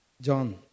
John